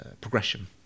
progression